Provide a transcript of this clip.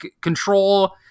control